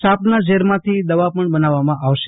સાપના ઝેરમાંથી દવા પણ બનાવવામાં આવશે